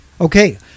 Okay